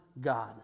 God